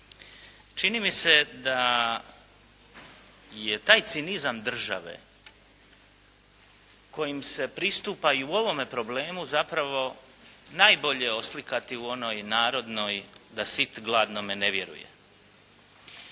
čini mi se da je taj cinizam države kojim se pristupa i u ovome problemu zapravo najbolje oslikati u onoj narodnoj da sit gladnome ne vjeruje.